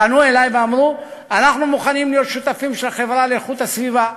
פנתה אלי ואמרה: אנחנו מוכנים להיות שותפים של החברה לאיכות הסביבה.